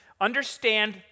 understand